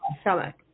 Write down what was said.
stomach